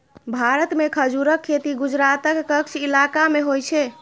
भारत मे खजूरक खेती गुजरातक कच्छ इलाका मे होइ छै